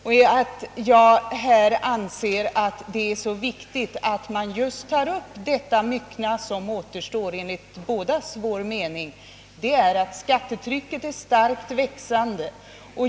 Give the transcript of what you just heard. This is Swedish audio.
En anledning till att jag anser det vara så viktigt att ta upp det myckna, som enligt bådas våra uppfattningar återstår, är att skatte trycket växer starkt.